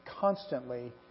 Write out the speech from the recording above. constantly